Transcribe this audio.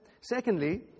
Secondly